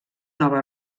nova